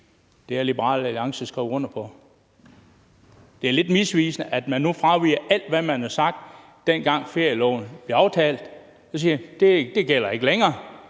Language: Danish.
Det har Liberal Alliance skrevet under på. Det er lidt misvisende, at man nu fraviger alt, hvad man har sagt, dengang ferieloven blev aftalt. Nu siger man: Det gælder ikke længere.